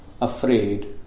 afraid